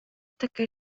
таке